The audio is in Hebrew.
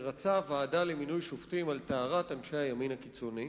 שרצה ועדה למינוי שופטים על טהרת אנשי הימין הקיצוני,